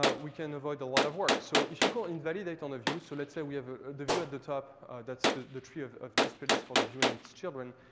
ah we can avoid a lot of work. so if you call invalidate on a view, so let's we have the view at the top that's the the tree of of display list for the view and its children,